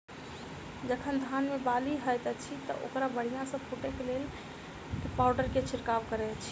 जखन धान मे बाली हएत अछि तऽ ओकरा बढ़िया सँ फूटै केँ लेल केँ पावडर केँ छिरकाव करऽ छी?